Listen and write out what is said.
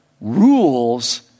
rules